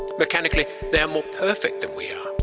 mechanically they are more perfect than we are,